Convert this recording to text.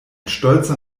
stolzer